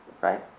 right